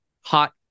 hot